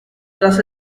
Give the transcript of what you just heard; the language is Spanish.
tras